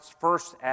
first